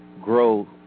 grow